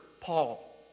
Paul